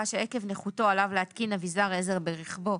שעקב נכותו עליו להתקין אבזר עזר ברכבו